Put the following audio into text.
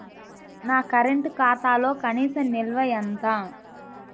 నా కరెంట్ ఖాతాలో కనీస నిల్వ ఎంత?